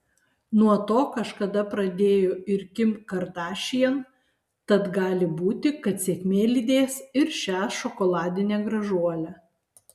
nuo to kažkada pradėjo ir kim kardashian tad gali būti kad sėkmė lydės ir šią šokoladinę gražuolę